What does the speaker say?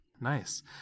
nice